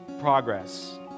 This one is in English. progress